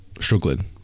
struggling